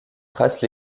trace